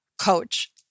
coach